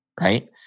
Right